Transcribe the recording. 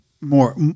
More